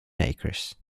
acres